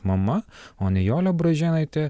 mama o nijolė bražėnaitė